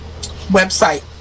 website